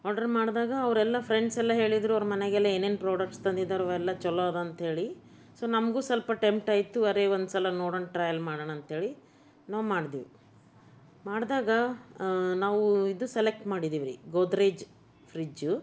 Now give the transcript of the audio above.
order ಮಾಡಿದಾಗ ಅವರೆಲ್ಲ ಫ್ರೆಂಡ್ಸೆಲ್ಲ ಹೇಳಿದರು ಅವ್ರ ಮನೆಗೆಲ್ಲ ಏನೇನು ಪ್ರಾಡಕ್ಟ್ಸ್ ತಂದಿದ್ದಾರೋ ಅವೆಲ್ಲ ಛಲೋ ಅದ ಅಂಥೇಳಿ ಸೊ ನಮಗೂ ಸ್ವಲ್ಪ ಟೆಂಪ್ಟ್ ಆಯಿತು ಅರೇ ಒಂದ್ಸಲ ನೋಡೋಣ ಟ್ರಯಲ್ ಮಾಡೋಣ ಅಂಥೇಳಿ ನಾವು ಮಾಡಿದ್ವಿ ಮಾಡಿದಾಗ ನಾವು ಇದು ಸೆಲೆಕ್ಟ್ ಮಾಡಿದ್ದೀವ್ರೀ ಗೋದ್ರೇಜ್ ಫ್ರಿಜ್ಜು